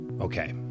okay